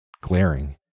glaring